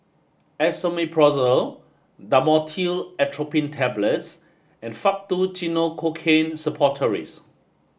Esomeprazole Dhamotil Atropine Tablets and Faktu Cinchocaine Suppositories